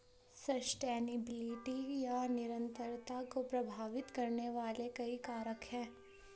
sustainability या निरंतरता को प्रभावित करने वाले कई कारक हैं